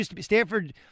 Stanford